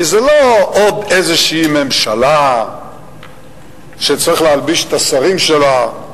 כי זה לא עוד איזושהי ממשלה שצריך להלביש את השרים שלה.